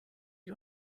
you